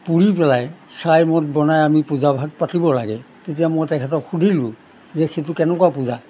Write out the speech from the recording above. পুৰি পেলাই চাই মদ বনাই আমি পূজাভাগ পাতিব লাগে তেতিয়া মই তেখেতক সুধিলোঁ যে সেইটো কেনেকুৱা পূজা